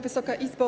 Wysoka Izbo!